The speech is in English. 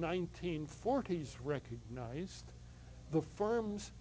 nineteen forties recognized the firms